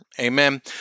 Amen